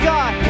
God